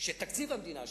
שתקציב המדינה,